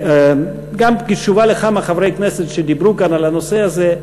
וגם כתשובה לכמה חברי כנסת שדיברו כאן על הנושא הזה,